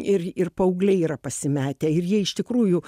ir ir paaugliai yra pasimetę ir jie iš tikrųjų